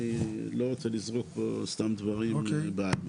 אני לא רוצה לזרוק פה סתם דברים באוויר.